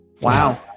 Wow